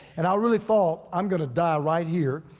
and i'll really thought i'm gonna die right here.